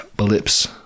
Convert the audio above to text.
Ellipse